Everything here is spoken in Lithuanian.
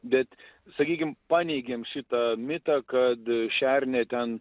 bet sakykim paneigėm šitą mitą kad šernė ten